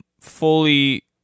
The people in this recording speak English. fully